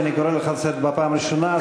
אני קורא אותך לסדר בפעם הראשונה.